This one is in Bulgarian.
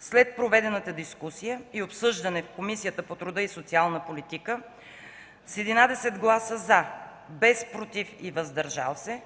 След проведената дискусия и обсъждане, Комисията по труда и социалната политика с 11 гласа „за”, без „против” и „въздържали се”,